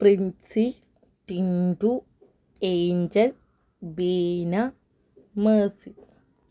Princy Tintu Angel Beena Mercy